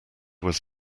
was